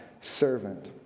servant